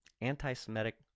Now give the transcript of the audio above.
anti-Semitic